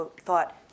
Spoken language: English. thought